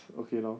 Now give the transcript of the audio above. okay lor